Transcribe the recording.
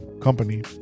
company